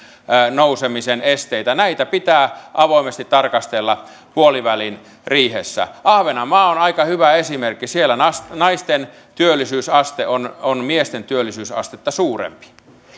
nousemisen esteitä pitää avoimesti tarkastella puolivälin riihessä ahvenanmaa on aika hyvä esimerkki siellä naisten naisten työllisyysaste on on miesten työllisyysastetta suurempi